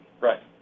Right